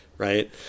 Right